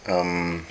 um